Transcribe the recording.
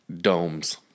Domes